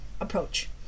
approach